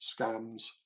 scams